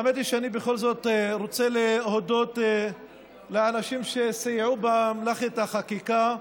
האמת היא שאני בכל זאת רוצה להודות לאנשים שסייעו במלאכת החקיקה.